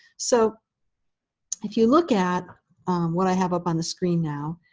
so if you look at what i have up on the screen now,